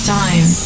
time